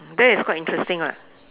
that is quite interesting what